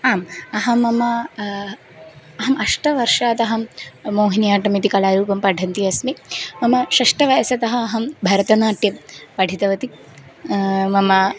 आम् अहं मम अहम् अष्टमवर्षात् अहं मोहिनि आट्टमिति कलारूपं पठन्ती अस्मि मम षष्ठवयस्तः अहं भरतनाट्यं पठितवती मम